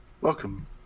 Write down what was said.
Welcome